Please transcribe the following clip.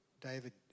David